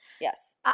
Yes